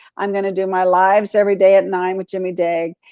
i'm gonna do my lives every day at nine with jimmy dague.